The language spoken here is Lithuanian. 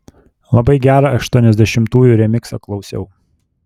labai gerą aštuoniasdešimtųjų remiksą klausiau